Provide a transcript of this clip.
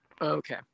Okay